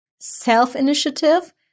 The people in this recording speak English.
self-initiative